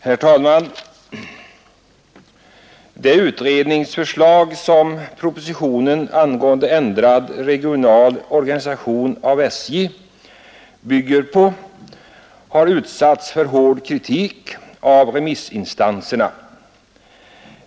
Herr talman! Det utredningsförslag som propositionen angående ändrad regional organisation av SJ bygger på har utsatts för hård kritik av remissinstanserna.